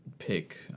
pick